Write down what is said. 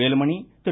Velumani Thiru